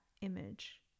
image